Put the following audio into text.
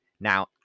now